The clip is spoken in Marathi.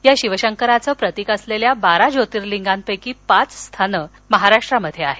या शिवशंकराचं प्रतीक असलेल्या बारा ज्योतिर्लिगांपैकी पाच स्थानं महाराष्ट्रात आहेत